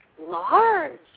large